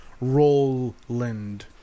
Roland